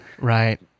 Right